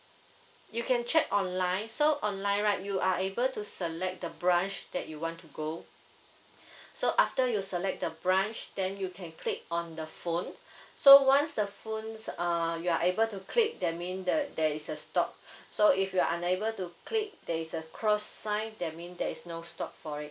you can check online so online right you are able to select the branch that you want to go so after you select the branch then you can click on the phone so once the phones err you are able to click that mean that there is a stock so if you're unable to click there is a cross sign that mean there's no stock for it